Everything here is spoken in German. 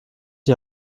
die